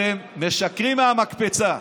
אתם משקרים מהמקפצה.